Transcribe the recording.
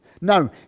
No